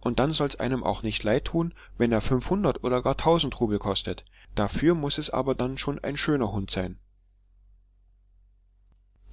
pudel dann soll's einem auch nicht leid tun wenn er fünfhundert oder gar tausend rubel kostet dafür muß es aber dann schon ein schöner hund sein